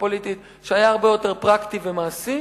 הפוליטית הוא שהיה הרבה יותר פרקטי ומעשי.